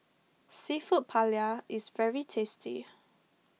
Seafood Paella is very tasty